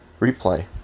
Replay